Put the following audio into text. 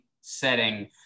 setting